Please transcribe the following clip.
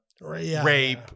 rape